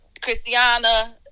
Christiana